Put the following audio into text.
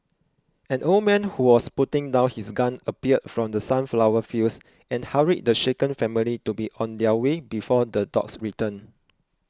an old man who was putting down his gun appeared from the sunflower fields and hurried the shaken family to be on their way before the dogs return